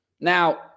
Now